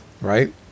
right